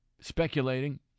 speculating